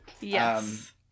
Yes